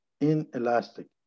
Inelastic